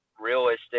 realistic